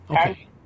Okay